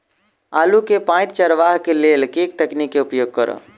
आलु केँ पांति चरावह केँ लेल केँ तकनीक केँ उपयोग करऽ?